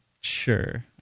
sure